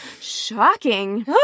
Shocking